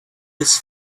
his